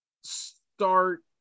start